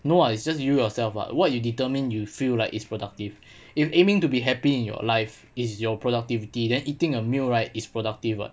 no [what] it's just you yourself [what] what you determine you feel like is productive if aiming to be happy in your life is your productivity then eating a meal right is productive [what]